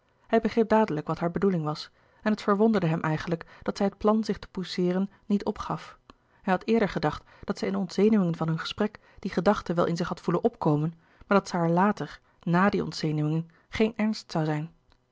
hij begreep dadelijk wat hare bedoeling was en het verwonderde hem eigenlijk dat zij het plan zich te pousseeren niet opgaf hij had eerder gedacht dat zij in de ontzenuwing van hun gesprek die gedachte wel in zich had voelen opkomen maar dat ze haar later na die ontzenuwing geen ernst zoû zijn